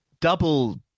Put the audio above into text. double